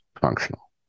functional